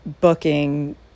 booking